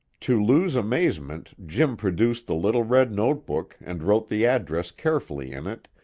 to lou's amazement jim produced the little red note-book and wrote the address carefully in it,